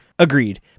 Agreed